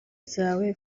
zawe